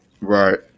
Right